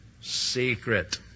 secret